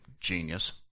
genius